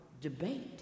debate